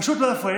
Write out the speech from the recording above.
פשוט לא להפריע.